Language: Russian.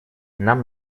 нам